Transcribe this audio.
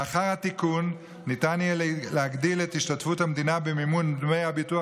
לאחר התיקון ניתן יהיה להגדיל את השתתפות המדינה במימון דמי הביטוח